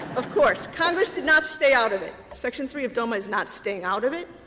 of course. congress did not stay out of it. section three of doma is not staying out of it.